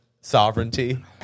sovereignty